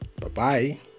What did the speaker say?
Bye-bye